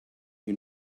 you